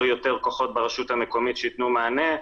יותר כוחות ברשות המקומית שייתנו מענה.